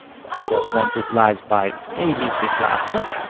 so i just want to slice by abc class. ah